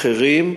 אחרים,